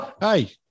Hey